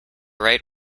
right